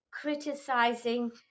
criticizing